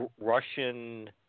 Russian